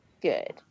Good